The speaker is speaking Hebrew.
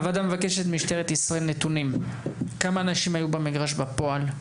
הוועדה מבקשת נתונים ממשטרת ישראל לגבי כמה אנשים היו במגרש בפועל?